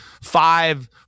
five